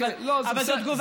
אבל זאת תגובה,